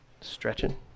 stretching